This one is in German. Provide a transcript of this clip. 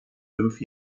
fünf